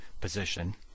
position